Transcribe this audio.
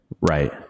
Right